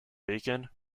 bacon